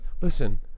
Listen